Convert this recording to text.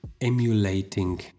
emulating